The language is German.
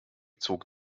zog